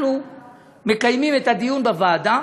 אנחנו מקיימים את הדיון בוועדה,